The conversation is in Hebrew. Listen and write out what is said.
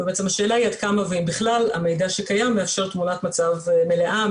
ובעצם השאלה היא עד כה והאם בכלל המידע שקיים מאפשר תמונת מצב מלאה,